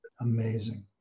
Amazing